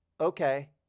Okay